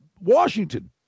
Washington